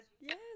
Yes